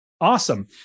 Awesome